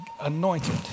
anointed